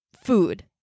Food